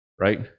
right